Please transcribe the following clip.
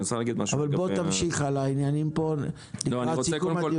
בוא תמשיך הלאה, העניינים פה לקראת סיכום הדיון.